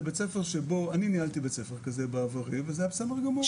זה בית ספר שבו --- אני ניהלתי בית ספר כזה בעברי וזה היה בסדר גמור.